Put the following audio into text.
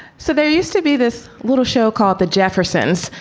so there used to be this little show called the jeffersons.